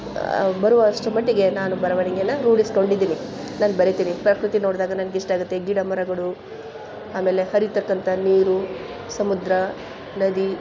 ಬರುವಷ್ಟು ಮಟ್ಟಿಗೆ ನಾನು ಬರವಣಿಗೆಯನ್ನು ರೂಢಿಸ್ಕೊಂಡಿದ್ದೀನಿ ನಾನು ಬರಿತೀನಿ ಪ್ರಕೃತಿ ನೋಡಿದಾಗ ನಂಗಿಷ್ಟಾಗುತ್ತೆ ಗಿಡ ಮರಗಳು ಆಮೇಲೆ ಹರಿತಕ್ಕಂಥ ನೀರು ಸಮುದ್ರ ನದಿ